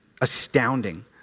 astounding